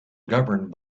governed